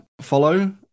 follow